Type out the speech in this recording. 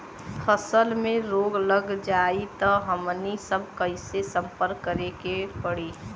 फसल में रोग लग जाई त हमनी सब कैसे संपर्क करें के पड़ी?